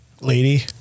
lady